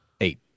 eight